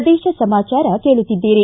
ಪ್ರದೇಶ ಸಮಾಚಾರ ಕೇಳುತ್ತಿದ್ದೀರಿ